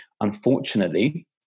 unfortunately